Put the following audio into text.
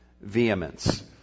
vehemence